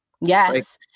Yes